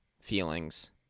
feelings